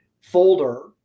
folder